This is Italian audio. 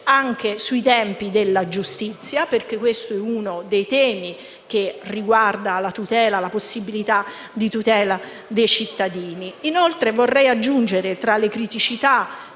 anche sui tempi della giustizia, perché questo è uno dei temi che riguardano la possibilità di tutela dei cittadini. Vorrei infine aggiungere, tra le criticità